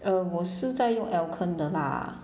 uh 我是在用 alkun 的 lah